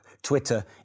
Twitter